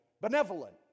Benevolent